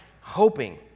hoping